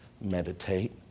meditate